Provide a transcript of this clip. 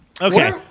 Okay